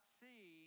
see